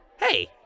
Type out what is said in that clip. Hey